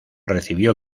recibió